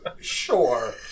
sure